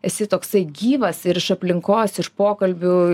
esi toksai gyvas ir iš aplinkos iš pokalbių